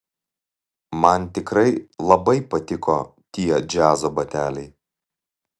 man tikrai labai patiko tie džiazo bateliai